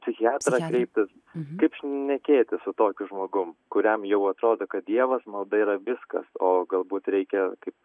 psichiatrą kreiptis kaip šnekėti su tokiu žmogum kuriam jau atrodo kad dievas malda yra viskas o galbūt reikia kaip